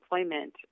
employment